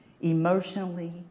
emotionally